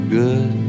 good